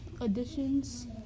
Additions